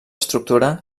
estructura